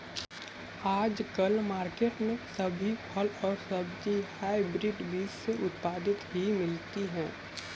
आजकल मार्केट में सभी फल और सब्जी हायब्रिड बीज से उत्पादित ही मिलती है